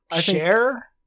share